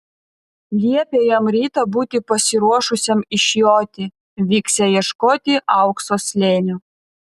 liepė jam rytą būti pasiruošusiam išjoti vyksią ieškoti aukso slėnio